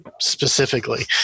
specifically